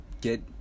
get